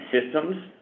systems